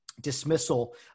dismissal